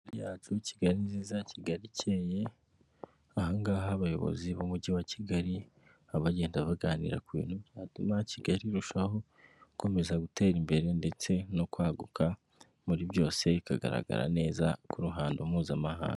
Kigali yacu, Kigali nziza, Kigali icyeye, aha ngaha abayobozi b'umujyi wa Kigali baba bagenda baganira ku bintu byatuma Kigali irushaho gukomeza gutera imbere ndetse no kwaguka muri byose, ikagaragara neza ku ruhando mpuzamahanga.